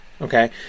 Okay